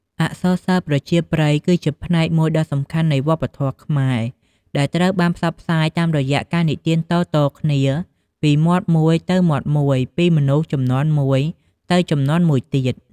អក្សរសិល្ប៍ប្រជាប្រិយគឺជាផ្នែកមួយដ៏សំខាន់នៃវប្បធម៌ខ្មែរ ដែលត្រូវបានផ្សព្វផ្សាយតាមរយៈការនិទានតៗគ្នាពីមាត់មួយទៅមាត់មួយ ពីមនុស្សជំនាន់មួយទៅជំនាន់មួយទៀត។